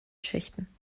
schichten